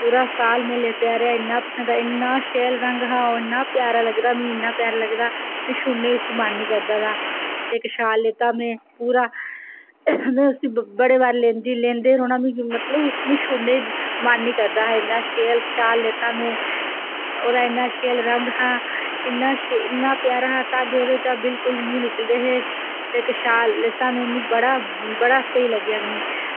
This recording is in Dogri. पूरे साल में लैत्ते दा रेहा में इन्ने इन्ना सैल रंग हा मीं ओह् इन्ना प्यारा लगदा हा इन्ना प्यारा लगदा हा शोड़नें गी उसी मन नी करदा हा इक शाल लैत्ता हा में पूरा में उसी बड़े बारी लैंदे गै रौह्ना मतलव छोड़ने गी मन नी करदा हा इन्ना सैल साल लैत्ता में ओह्दा इन्ना सैल रंग हा इन्ना प्यारा हा धागे ओह्दे चा दा बिल्कुल नी निकलदे हे इक शाल लैत्ता हा में मिगी बड़ा शैल लग्गेआ